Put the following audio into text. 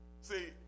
see